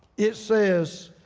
it says,